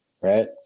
right